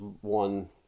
one